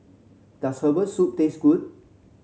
does Herbal Soup taste good